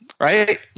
right